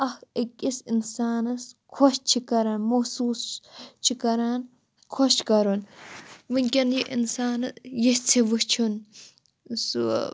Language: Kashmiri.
اَکھ أکِس اِنسانس خۄش چھِ کَرن موٚحسوٗس چھِ کَران خۄش کَرُن وٕنۍکٮ۪ن یہِ اِنسانہٕ ییٚژھِ وٕچھُن سُہ